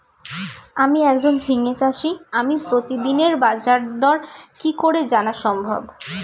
আমি একজন ঝিঙে চাষী আমি প্রতিদিনের বাজারদর কি করে জানা সম্ভব?